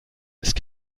ist